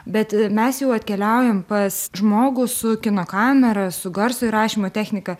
bet mes jau atkeliaujam pas žmogų su kino kamera su garso įrašymo technika